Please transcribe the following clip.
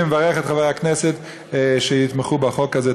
שוב, אני מברך את חברי הכנסת שיתמכו בחוק הזה.